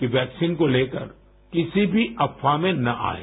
कि वैक्सीन को लेकर किसी भी अफवाह में न आएं